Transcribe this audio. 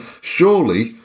surely